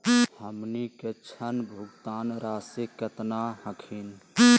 हमनी के ऋण भुगतान रासी केतना हखिन?